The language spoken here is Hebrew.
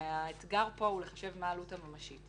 הרי האתגר פה הוא לחשב מה העלות הממשית.